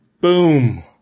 Boom